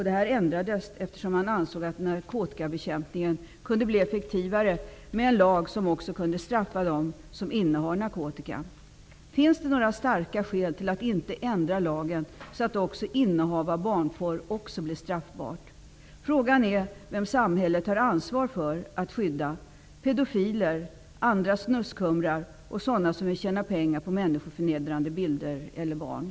Detta ändras eftersom man ansåg att narkotikabekämpningen kunde bli effektivare genom en lag som också kunde straffa dem som innehar narkotika. Finns det några starka skäl till att inte ändra lagen så att också innehav av barnporr blir straffbart? Frågan är vem samhället tar ansvar för att skydda. Är det pedofiler, snuskhumrar och andra som vill tjäna pengar på människoförnedrande bilder eller barn?